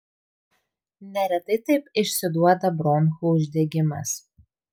neretai taip išsiduoda bronchų uždegimas